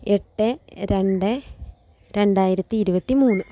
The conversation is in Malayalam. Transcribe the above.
എട്ട് രണ്ട് രണ്ടായിരത്തി ഇരുപത്തി മൂന്ന്